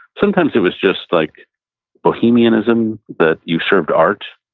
sometimes it was just like bohemianism, that you served art.